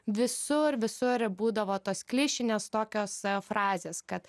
visur visur būdavo tos klišinės tokios frazės kad